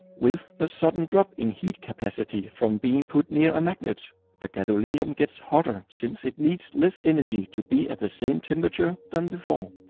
with a sudden drop in heat capacity from being put near a magnet the gadolinium gets hotter since it needs less energy to be at the same temperature than before.